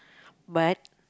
but